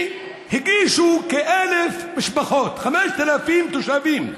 כ-1,000 משפחות, 5,000 תושבים,